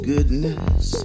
Goodness